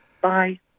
Bye